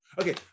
Okay